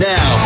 Now